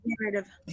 narrative